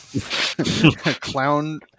clown